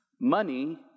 Money